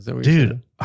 Dude